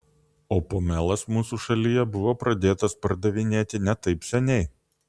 o pomelas mūsų šalyje buvo pradėtas pardavinėti ne taip seniai